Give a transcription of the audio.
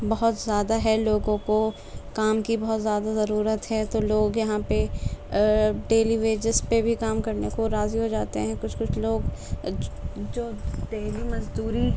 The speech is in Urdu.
بہت زیادہ ہے لوگوں کو کام کی بہت زیادہ ضرورت ہے تو لوگ یہاں پہ ڈیلی ویجز پہ بھی کام کرنے کو راضی ہو جاتے ہیں کچھ کچھ لوگ جو جو ڈیلی مزدوری